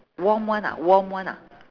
warm one ah warm one ah